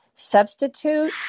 substitute